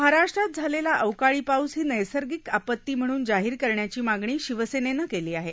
महाराष्ट्रात झालेला अवकाळी पाऊस ही नैसर्गिक आपती म्हणून जाहीर करण्याची मागणी शिवसेनेनं केली आहे